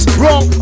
wrong